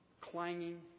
Clanging